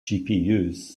gpus